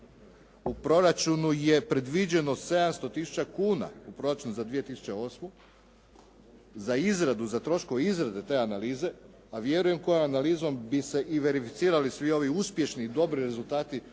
U proračunu je predviđeno 700000 kuna, u proračunu za 2008. Za izradu, za troškove izrade te analize, a vjerujem koja analizom bi se i verificirali svi ovi uspješni i dobri rezultati